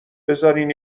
بذارین